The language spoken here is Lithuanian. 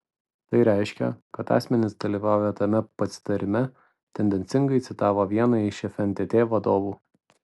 tai reiškia kad asmenys dalyvavę tame pasitarime tendencingai citavo vieną iš fntt vadovų